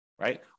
right